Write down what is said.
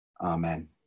amen